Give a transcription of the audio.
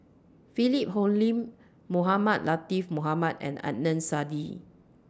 Philip Hoalim Mohamed Latiff Mohamed and Adnan Saidi